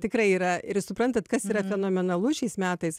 tikrai yra ir jūs suprantat kas yra fenomenalu šiais metais